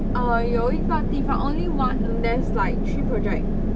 err 有一个地方 only one there is like three project